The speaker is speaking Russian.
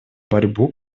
борьбу